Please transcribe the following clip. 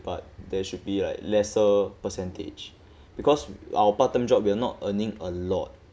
but there should be like lesser percentage because our part time job we are not earning a lot